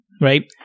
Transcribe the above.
Right